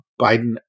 Biden